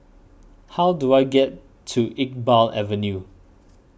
how do I get to Iqbal Avenue